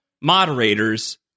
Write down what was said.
moderators